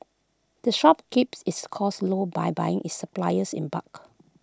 the shop keeps its costs low by buying its suppliers in bulk